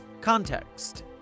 Context